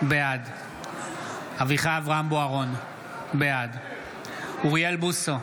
בעד אביחי אברהם בוארון, בעד אוריאל בוסו,